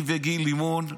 היא וגיל לימון,